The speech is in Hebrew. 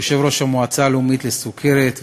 יושב-ראש המועצה הלאומית לסוכרת,